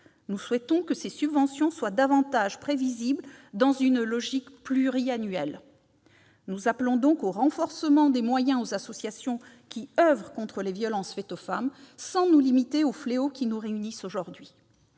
Nous souhaitons que ces subventions soient davantage prévisibles, dans une logique pluriannuelle. Nous appelons donc au renforcement des moyens alloués aux associations qui oeuvrent contre les violences faites aux femmes, sans nous limiter aux fléaux qui nous réunissent aujourd'hui.